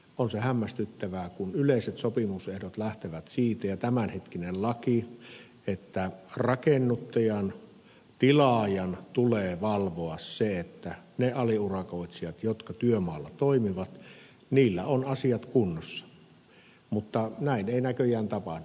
on se hämmästyttävää kun yleiset sopimusehdot lähtevät siitä ja tämänhetkinen laki että rakennuttajan tilaajan tulee valvoa se että niillä aliurakoitsijoilla jotka työmaalla toimivat on asiat kunnossa mutta näin ei näköjään tapahdu